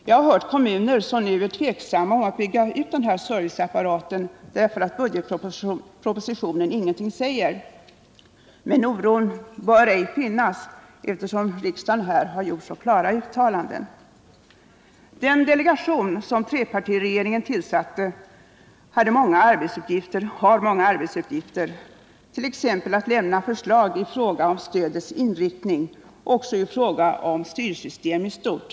Jag har hört talas om kommuner som nu är tveksamma när det gäller att bygga ut den här serviceapparaten, eftersom det i budgetpropositionen inte har anvisats medel för den, men någon grund för en sådan oro borde inte föreligga med tanke på att riksdagen gjort så klara uttalanden i den här frågan. Den delegation som trepartiregeringen tillsatte har många arbetsuppgifter, t.ex. att lämna förslag i fråga om stödets inriktning och i fråga om styrsystemet i stort.